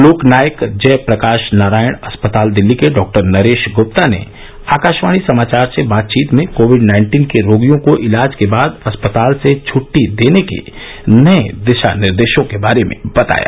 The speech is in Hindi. लोकनायक जयप्रकाश नारायण अस्पताल दिल्ली के डॉक्टर नरेश गुप्ता ने आकाशवाणी समाचार से बातचीत में कोविड नाइन्टीन के रोगियों को इलाज के बाद अस्पताल से छुट्टी देने के नए दिशा निर्देशों के बारे में बताया